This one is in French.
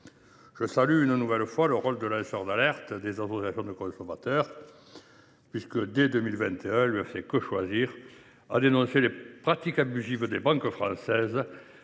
Je salue, une nouvelle fois, le rôle de lanceur d’alerte des associations de consommateurs. Dès 2021, l’UFC Que Choisir a dénoncé les pratiques abusives des banques françaises